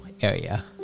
area